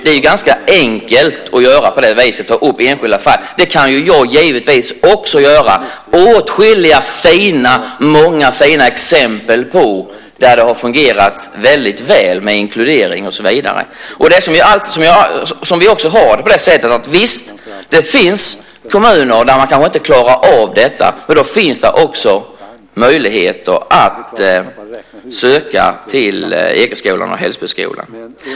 Det är ganska enkelt att göra på det viset och ta upp enskilda fall. Det kan jag givetvis också göra. Det finns många fina exempel där det har fungerat väldigt väl med inkludering och så vidare. Visst finns det kommuner där man kanske inte klarar av detta. Men då finns det också möjligheter att söka till Ekeskolan och Hällsboskolan.